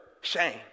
shame